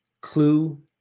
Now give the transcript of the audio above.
Clue